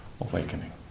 awakening